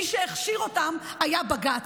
מי שהכשיר אותם היה בג"ץ.